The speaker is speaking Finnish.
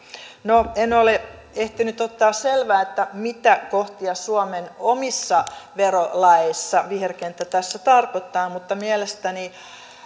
no en ole ehtinyt ottaa selvää mitä kohtia suomen omissa verolaeissa viherkenttä tässä tarkoittaa mutta